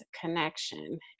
connection